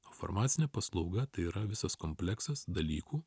farmacinė paslauga tai yra visas kompleksas dalykų